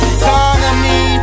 economy